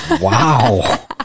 Wow